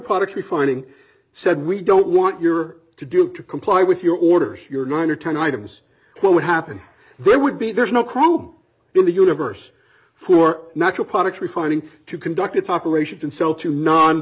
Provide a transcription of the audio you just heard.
actually finding said we don't want your to do to comply with your orders your nine or ten items what would happen there would be there is no chrome in the universe for natural products refining to conduct its operations and sell to non